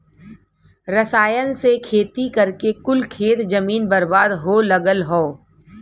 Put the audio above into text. रसायन से खेती करके कुल खेत जमीन बर्बाद हो लगल हौ